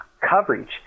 coverage